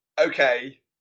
okay